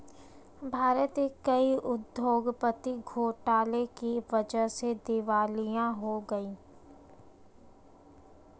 भारत के कई उद्योगपति घोटाले की वजह से दिवालिया हो गए हैं